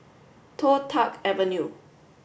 Toh Tuck Avenue